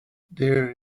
there